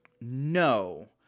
no